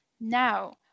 now